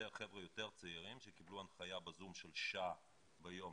מחבר'ה יותר צעירים שקיבלו הנחיה בזום של שעה ביום,